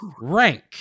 rank